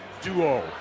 Duo